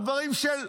על דברים של,